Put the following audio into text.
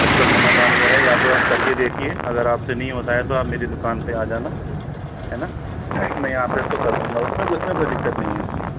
उसका समाधान वो है या तो आप कर के देखिए अगर आपसे नहीं होता है तो आप मेरी दुकान पे आ जाना है ना मैं यहाँ पे उसको कर दूंगा उसमें उसमें कोई दिक्कत नहीं है